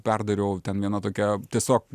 perdariau ten viena tokia tiesiog